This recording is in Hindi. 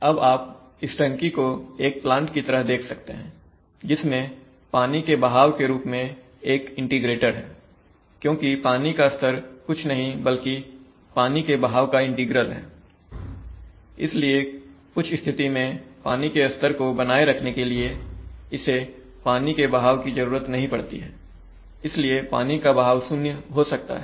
अब आप इस टंकी को एक प्लांट की तरह देख सकते हैंजिसमें पानी के बहाव के रूप में एक इंटीग्रेटर है क्योंकि पानी का स्तर कुछ नहीं बल्कि पानी के बहाव का इंटीग्रल हैइसलिए कुछ स्थिति में पानी के स्तर को बनाए रखने के लिए इसे पानी के बहाव की जरूरत नहीं पड़ती है इसलिए पानी का बहाव शून्य हो सकता है